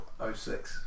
06